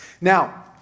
Now